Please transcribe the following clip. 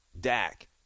Dak